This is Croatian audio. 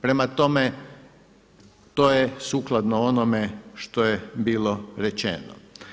Prema tome, to je sukladno onome što je bilo rečeno.